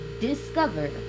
discover